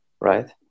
right